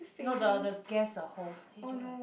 not the the guest the host H O S